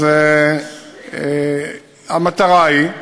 אז המטרה היא,